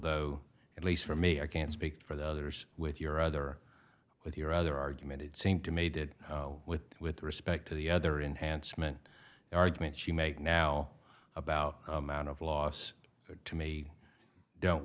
though at least for me i can't speak for the others with your other with your other argument it seemed to me did what with respect to the other enhanced men argument she make now about amount of loss to me don't